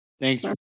Thanks